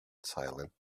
silent